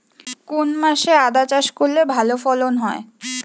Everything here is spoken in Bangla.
কোন মাসে আদা চাষ করলে ভালো ফলন হয়?